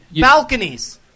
Balconies